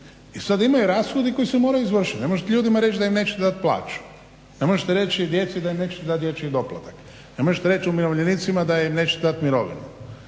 I sad imaju rashodi koji se moraju izvršiti. Ne možete vi ljudima reći da im nećete dati plaću, ne možete reći djeci da im nećete dati dječji doplatak, ne možete reći umirovljenicima da im nećete dati mirovinu.